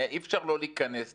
אי אפשר לא להיכנס לזה.